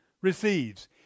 receives